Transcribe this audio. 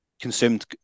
consumed